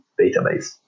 database